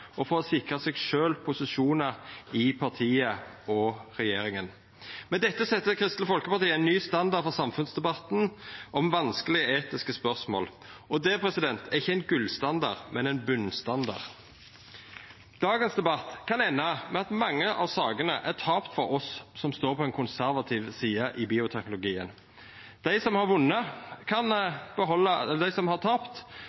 for å sikra seg sjølv posisjonar i partiet og regjeringa. Med dette set Kristeleg Folkeparti ein ny standard for samfunnsdebatten om vanskelege etiske spørsmål, og det er ikkje ein gullstandard, men ein botnstandard. Dagens debatt kan enda med at mange av sakene er tapte for oss som står på den konservative sida i bioteknologien. Dei som har tapt, men har vunne makt med dette, kan